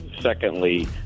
Secondly